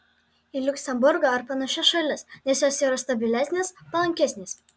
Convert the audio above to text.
į liuksemburgą ar panašias šalis nes jos yra stabilesnės palankesnės